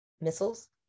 missiles